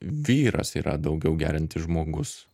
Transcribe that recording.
vyras yra daugiau geriantis žmogus